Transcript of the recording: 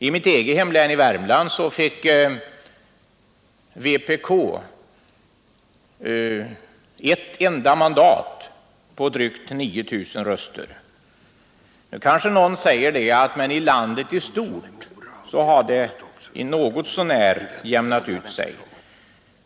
I mitt eget hemlän, Värmlands län, fick vpk ett enda mandat på drygt 9 000 röster. Nu kanske någon säger att i landet i stort har det ändå något så när jämnat ut sig.